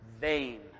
vain